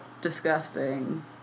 Disgusting